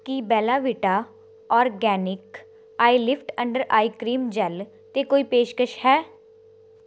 ਕੀ Bella Vita organic eyelift under eye cream gel 'ਤੇ ਕੋਈ ਪੇਸ਼ਕਸ਼ ਹੈ